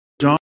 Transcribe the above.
John